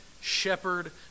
shepherd